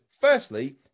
Firstly